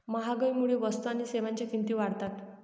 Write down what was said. महागाईमुळे वस्तू आणि सेवांच्या किमती वाढतात